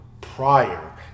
prior